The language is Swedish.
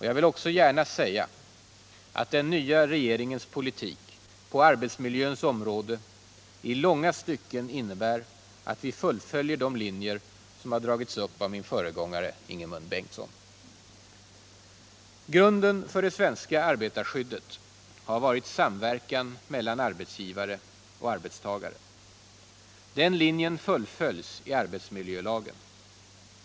Jag vill också gärna säga, att den nya regeringens politik på arbetsmiljöns område i långa stycken innebär att vi fullföljer de linjer som har dragits upp av min föregångare Ingemund Bengtsson. Grunden för det svenska arbetarskyddet har varit samverkan mellan arbetsgivare och arbetstagare. Den linjen fullföljs i arbetsmiljölagen.